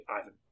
Ivan